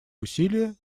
усилия